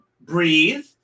breathe